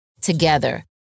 together